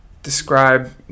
Describe